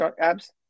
abs